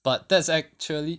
but that's actually